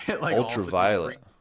ultraviolet